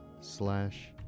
slash